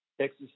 Texas